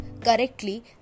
correctly